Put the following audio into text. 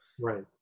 Right